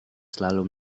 selalu